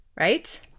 Right